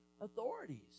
authorities